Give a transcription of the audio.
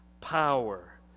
power